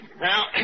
Now